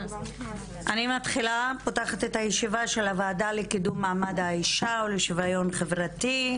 אני פותחת את הוועדה לקידום מעמד האישה ולשוויון חברתי.